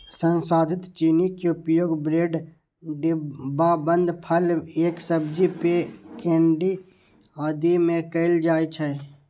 संसाधित चीनी के उपयोग ब्रेड, डिब्बाबंद फल एवं सब्जी, पेय, केंडी आदि मे कैल जाइ छै